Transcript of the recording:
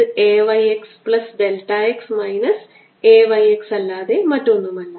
ഇത് A y x plus delta x minus A y x അല്ലാതെ മറ്റൊന്നുമല്ല